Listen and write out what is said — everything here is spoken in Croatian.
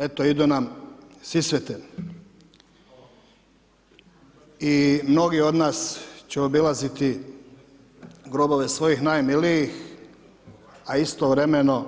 Eto idu nam Svisvete i mnogi od nas će obilaziti grobove svojih najmilijih a istovremeno